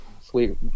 Sweet